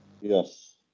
Yes